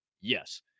Yes